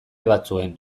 batzuen